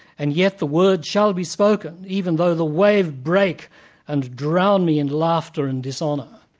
and yet the word shall be spoken, even though the wave break and drown me in laughter and dishonour.